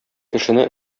кешене